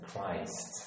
Christ